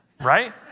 right